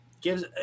gives